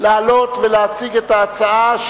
לעלות ולהציג את ההצעה,